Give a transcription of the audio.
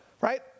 Right